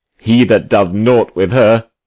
he that doth naught with her,